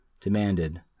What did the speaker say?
demanded